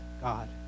god